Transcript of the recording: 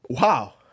Wow